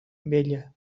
vella